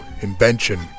invention